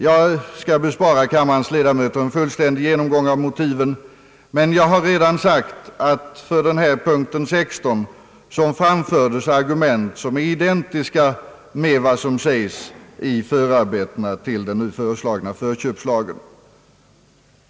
Jag skall bespara kammarens ledamöter en fullständig genomgång av motiven, men jag har redan sagt att för punkt 16 framfördes argument som är identiska med vad som sägs i förarbetena till den nu föreslagna förköpslagen.